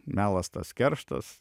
melas tas kerštas